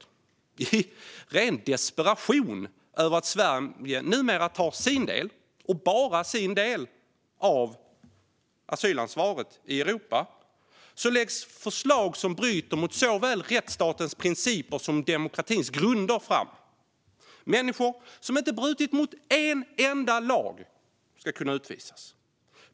I ren desperation över att Sverige numera tar sin, och bara sin, del av asylansvaret i Europa läggs förslag som bryter mot såväl rättsstatens principer som demokratins grunder fram. Människor som inte har brutit mot en enda lag ska kunna utvisas.